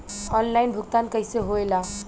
Online भुगतान कैसे होए ला?